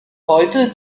heute